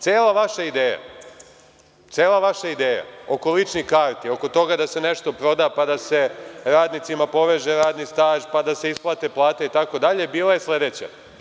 Cela vaša ideja oko ličnih karti, oko toga da se nešto proda pa da se radnicima poveže radni staž, pa da se isplate plate itd, bila je sledeća.